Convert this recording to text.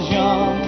young